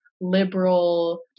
liberal